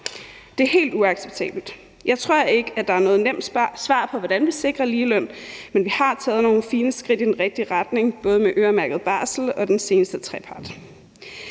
Det er helt uacceptabelt. Jeg tror ikke, at der er noget nemt svar på, hvordan vi sikrer ligeløn, men vi har taget nogle fine skridt i den rigtige retning, både med øremærket barsel og den seneste trepart.